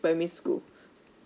primary school